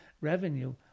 revenue